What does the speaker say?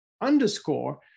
underscore